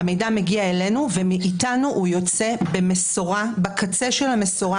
המידע מגיע אלינו ומאתנו הוא יוצא בקצה של המשורה